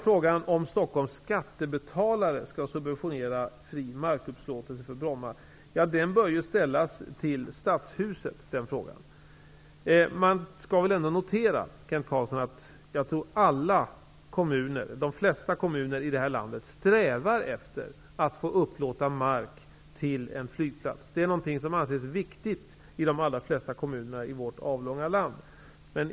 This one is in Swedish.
Frågan om Stockholms skattebetalare skall subventionera fri markupplåtelse för Bromma bör ställas i Stadshuset. Jag tror att de flesta kommuner i landet strävar efter att få upplåta mark till en flygplats. Det är någonting som anses viktigt i de flesta kommuner i vårt avlånga land.